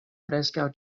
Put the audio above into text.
preskaŭ